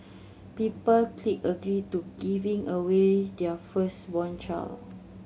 people clicked agree to giving away their firstborn child